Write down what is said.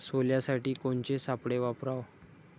सोल्यासाठी कोनचे सापळे वापराव?